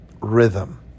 rhythm